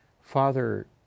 father